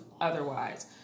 otherwise